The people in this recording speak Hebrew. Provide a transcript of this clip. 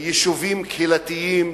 יישובים קהילתיים